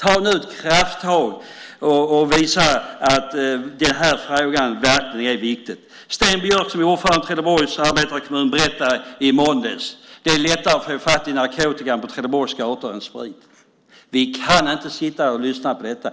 Ta nu ett krafttag och visa att frågan verkligen är viktig! Sten Björk, ordförande i Trelleborgs arbetarekommun, sade i måndags: Det är lättare att få fatt i narkotikan än spriten på Trelleborgs gator. Vi kan inte sitta och lyssna på detta.